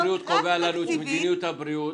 כמו שמשרד הבריאות קובע לנו את מדיניות הבריאות,